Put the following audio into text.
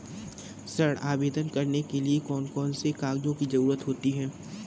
ऋण आवेदन करने के लिए कौन कौन से कागजों की जरूरत होती है?